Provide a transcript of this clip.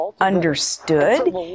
understood